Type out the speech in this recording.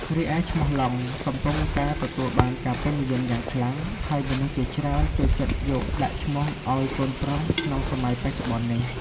រីឯឈ្មោះ "ឡុង" កំពុងតែទទួលបានការពេញនិយមយ៉ាងខ្លាំង ហើយមនុស្សជាច្រើន ចូលចិត្តយកដាក់ឈ្មោះឲ្យកូនប្រុស ក្នុងសម័យបច្ចុប្បន្ននេះ។